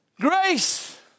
grace